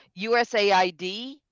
USAID